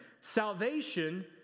salvation